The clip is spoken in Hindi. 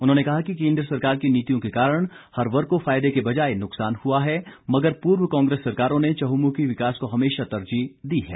उन्होंने कहा कि केन्द्र सरकार की नीतियों के कारण हर वर्ग को फायदे के बजाए नुकसान हुआ है मगर पूर्व कांग्रेस सरकारों ने चहुमुखी विकास को हमेशा तरजीह दी है